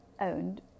owned